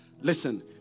Listen